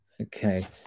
Okay